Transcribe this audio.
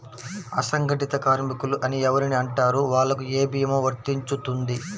అసంగటిత కార్మికులు అని ఎవరిని అంటారు? వాళ్లకు ఏ భీమా వర్తించుతుంది?